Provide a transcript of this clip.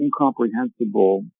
incomprehensible